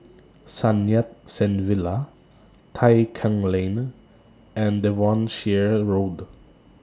Sun Yat Sen Villa Tai Keng Lane and Devonshire Road